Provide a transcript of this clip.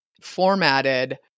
formatted